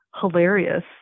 hilarious